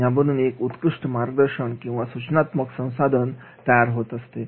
यामधून एक उत्कृष्ट मार्गदर्शन किंवा सूचनात्मक संसाधन तयार होत असते